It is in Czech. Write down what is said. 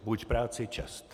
Buď práci čest!